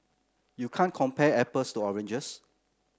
you can't compare apples to oranges